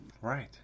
right